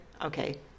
Okay